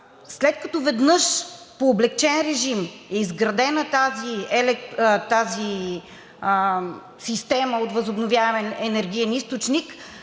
След като веднъж по облекчен режим е изградена тази система от възобновяем енергиен източник,